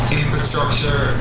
infrastructure